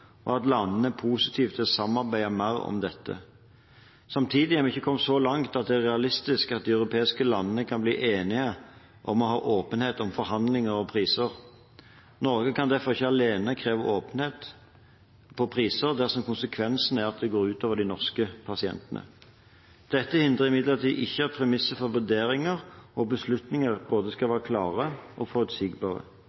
og at landene er positive til å samarbeide mer om dette. Samtidig er vi ikke kommet så langt at det er realistisk at de europeiske landene kan bli enige om å ha åpenhet om forhandlinger og priser. Norge kan derfor ikke alene kreve åpenhet om priser dersom konsekvensen er at det går ut over de norske pasientene. Dette hindrer imidlertid ikke at premissene for vurderinger og beslutninger skal være både